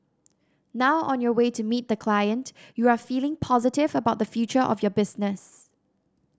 now on your way to meet the client you are feeling positive about the future of your business